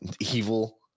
evil